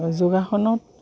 যোগাসনত